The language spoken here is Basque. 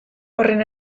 horren